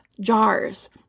jars